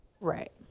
Right